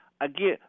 Again